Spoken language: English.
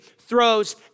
throws